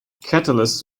catalysts